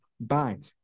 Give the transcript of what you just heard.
bind